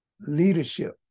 leadership